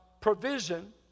provision